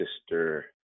sister